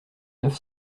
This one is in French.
neuf